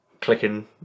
Clicking